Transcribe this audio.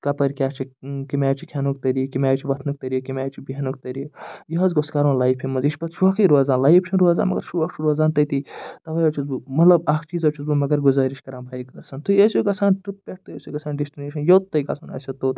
کَپٲرۍ کیٛاہ چھُ کَمہِ آیہِ چھُ کھیٚنُک طریٖقہٕ کَمہِ آیہِ چھُ وۄتھنُک طریٖقہٕ کَمہِ آیہِ چھُ بیٚہنُک طریٖقہٕ یہِ حظ گوٚژھ کَرُن لایفہِ منٛز یہِ چھُ پَتہٕ شوقٕے روزان لایف چھَنہٕ روزان مگر شوق چھُ روزان تٔتی تؤے حظ چھُس بہٕ مطلب اَکھ چیٖز حظ چھُس بہٕ مگر گُزٲرِش کران بایکٲرسَن تُہۍ ٲسِو گژھان ٹٕرٛپہِ پٮ۪ٹھ تُہۍ ٲسِو گژھان ڈیٚٹِشینہِ پٮ۪ٹھ یوٚت تۄہہِ گژھُن آسوٕ توٚت